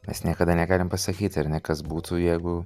mes niekada negalim pasakyt ar ne kas būtų jeigu